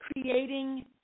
creating